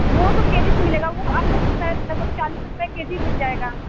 वह तो K G से मिलेगा वह आपको शायद लगभग चालीस रुपये के जी मिल जाएगा